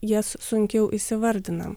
jas sunkiau įsivardinam